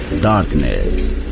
Darkness